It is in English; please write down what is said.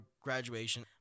graduation